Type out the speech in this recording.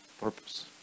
purpose